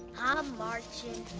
ah i'm marching.